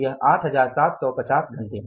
यह 8750 घंटे 8750 घंटे है